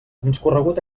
transcorregut